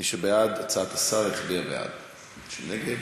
מי שבעד הצעת השר יצביע בעד, מי שנגד